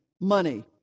money